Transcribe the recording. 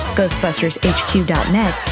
GhostbustersHQ.net